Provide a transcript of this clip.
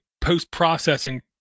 post-processing